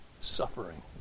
suffering